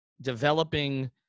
developing